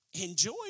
Enjoy